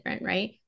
right